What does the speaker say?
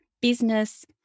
business